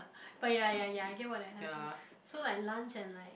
but ya ya ya I get what I have ah so like lunch and like